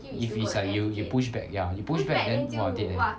if it's like you you push back ya you push back then !wah! dead end